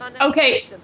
Okay